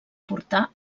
portar